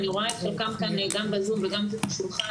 אני רואה את חלקם כאן גם בזום וגם מסביב לשולחן,